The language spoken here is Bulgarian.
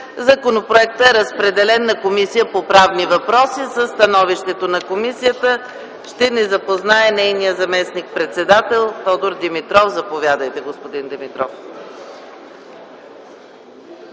Законопроектът е разпределен на Комисията по правни въпроси. Със становището на комисията ще ни запознае нейният заместник-председател – Тодор Димитров. Заповядайте, господин Димитров.